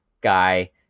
guy